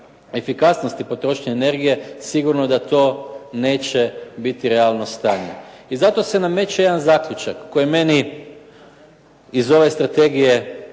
efikasnosti potrošnje energije, sigurno je da to neće biti realno stanje. I zato se nameće jedan zaključak koji je meni iz ove strategije